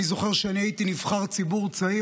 אני זוכר שכשאני הייתי נבחר ציבור צעיר,